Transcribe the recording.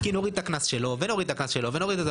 כי נוריד את הקנס שלו ונוריד את הקנס שלו ונוריד אותו,